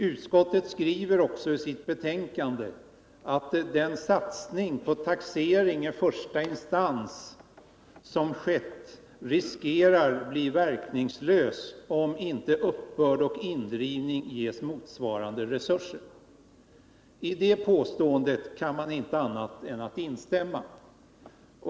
Utskottet skriver också i sitt betänkande ”att den satsning på taxering i första instans som skett riskerar bli verkningslös om inte uppbörd och indrivning ges motsvarande resurser”. I det påståendet kan man inte annat än instämma.